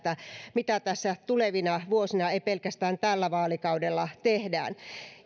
mitä tässä tulevina vuosina eikä pelkästään tällä vaalikaudella tehdään